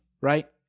right